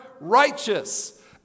righteous